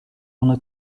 buna